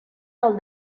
del